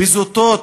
בזוטות,